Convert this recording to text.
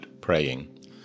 praying